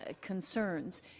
concerns